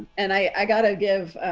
and i got to give